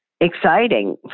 exciting